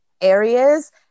areas